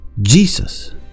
Jesus